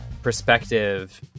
perspective